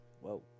Whoa